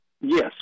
Yes